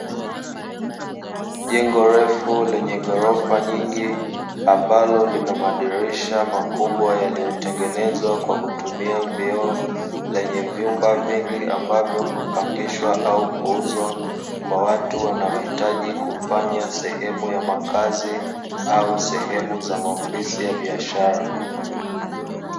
Jengo refu lenye vyumba vingi, ambalo lina madirisha makubwa yakiyotengenezwa kwa kutumia vioo lenye vyumba vingi ambavyo hupangishwa au kuuzwa kwa watu wanaotaka kufanya sehemu za makazi au sehemu za maofisi ya biashara.